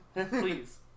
please